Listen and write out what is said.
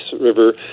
River